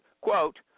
quote